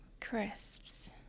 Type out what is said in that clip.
crisps